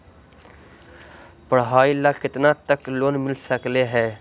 पढाई ल केतना तक लोन मिल सकले हे?